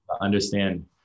Understand